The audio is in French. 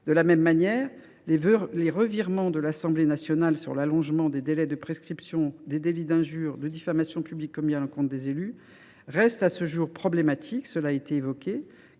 De la même manière, les revirements de l’Assemblée nationale sur l’allongement des délais de prescription des délits d’injure et de diffamation publique commis à l’encontre des élus restent, à ce jour, problématiques, dans la mesure